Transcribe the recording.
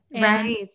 right